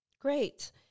Great